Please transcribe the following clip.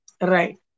Right